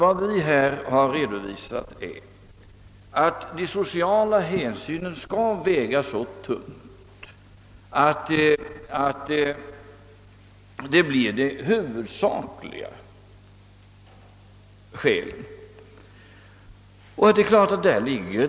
Vad vi redovisat är att de sociala hänsynen på detta område skall väga så tungt, att de i verkligheten blir de huvudsakliga motiven till åtgärderna.